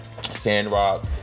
Sandrock